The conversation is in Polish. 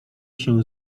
się